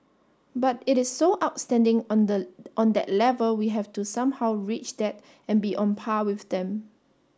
but it is so outstanding on the on that level we have to somehow reach that and be on par with them